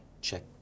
check